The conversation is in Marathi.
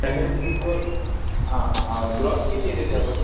सॅलरी शीटवर हा हा हा ग्रोस किती आहे त्याच्यावर